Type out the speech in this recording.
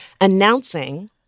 announcing